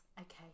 Okay